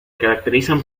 caracterizan